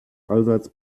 allseits